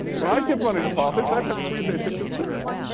when i give money to politics, i've got three basic concerns.